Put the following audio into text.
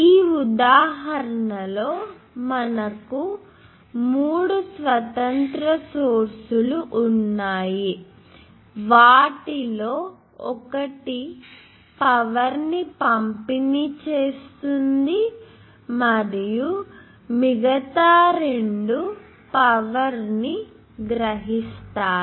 ఈ ఉదాహరణలో మనకు మూడు స్వతంత్ర సోర్స్ లు ఉన్నాయి వాటిలో ఒకటి పవర్ ని పంపిణీ చేస్తుంది మరియు మిగతా రెండు పవర్ ని గ్రహిస్తాయి